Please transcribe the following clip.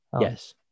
Yes